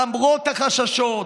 למרות החששות,